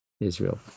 Israel